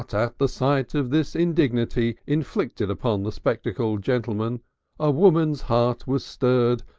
but at the sight of this indignity inflicted upon the spectacled gentleman a woman's heart was stirred,